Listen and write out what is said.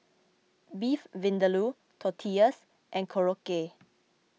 Beef Vindaloo Tortillas and Korokke